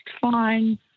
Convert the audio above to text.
fine